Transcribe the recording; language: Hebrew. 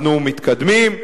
אנחנו מתקדמים.